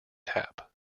tap